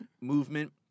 movement